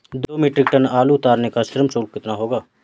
दो metric ton आलू उतारने का श्रम शुल्क कितना होगा?